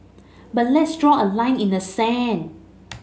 but let's draw a line in the sand